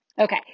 Okay